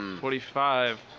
forty-five